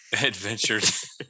adventures